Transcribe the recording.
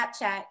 Snapchat